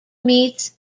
meets